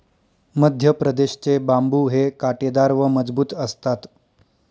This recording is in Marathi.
मध्यप्रदेश चे बांबु हे काटेदार व मजबूत असतात